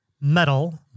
metal